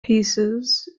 pieces